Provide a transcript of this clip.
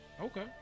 Okay